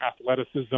athleticism